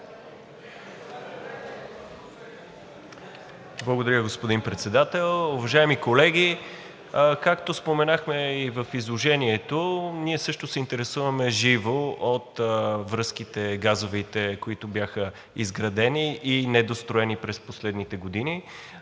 Благодаря, господин Председател. Уважаеми колеги! Както споменахме и в изложението, ние също живо се интересуваме от газовите връзки, които бяха изградени и недостроени през последните години.